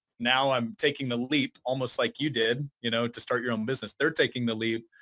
now i'm taking the leap almost like you did you know to start your own business. they're taking the leap.